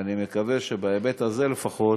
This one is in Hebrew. ואני מקווה שבהיבט הזה לפחות